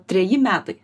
treji metai